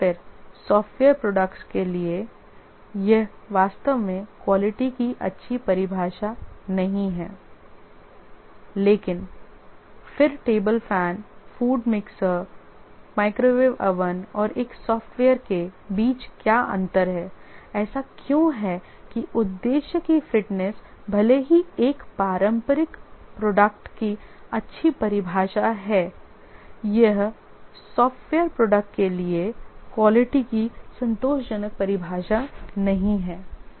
लेकिन फिर software products के लिए यह वास्तव में क्वालिटी की अच्छी परिभाषा नहीं है लेकिन फिर table fan food mixer microwave oven और एक सॉफ्टवेयर के बीच क्या अंतर हैऐसा क्यों है कि उद्देश्य की फिटनेस भले ही एक पारंपरिक प्रोडक्ट की अच्छी परिभाषा है यह सॉफ्टवेयर प्रोडक्ट के लिए क्वालिटी की संतोषजनक परिभाषा नहीं है